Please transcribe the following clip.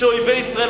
שאויבי ישראל,